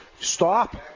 Stop